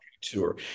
tour